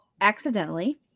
accidentally